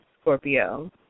Scorpio